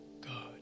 God